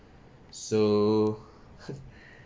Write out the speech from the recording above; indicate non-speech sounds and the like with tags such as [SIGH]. so [LAUGHS]